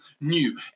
new